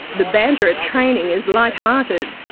the banter at training is light hearted,